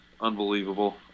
unbelievable